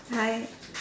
hi